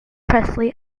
presley